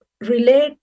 relate